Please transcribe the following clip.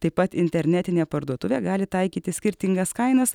taip pat internetinė parduotuvė gali taikyti skirtingas kainas